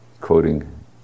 quoting